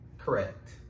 correct